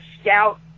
scout